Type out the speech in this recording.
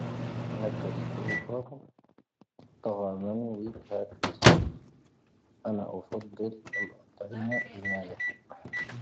ⵎⴰⴽⴰⵔ ⵙⵓⴼⴰⴽⵓⵎ, ⵜⴰⵇⴰ ⵎⴰⵏⵡⵉⵜⵀⴰ ⴼⵉⵙⵎⵉⵙ. ⴰⵏⵀⴰ ⵡⴰ ⴼⴰⴷⵉⵔ ⴰⵍⵍⴰⵀ ⵜⴰⵉⵎⴰ ⴰⵍ-ⵎⴰⵍⵉⵀⵀⴰ.